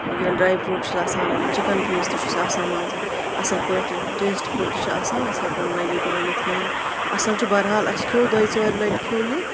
یہِ dry fruit چھِس آسان چِکَن پیٖس تہِ چھُس آسان منٛزٕ اَصٕل پٲٹھۍ ٹیسٹ فُل تہِ چھِ آسان أسۍ ہٮ۪کو نہٕ نَگیٹِو ؤنِتھ کِہیٖنۍ اَصٕل چھُ بحرحال اَسہِ کھیو دویہِ ژورِ لَٹہِ کھیو یہِ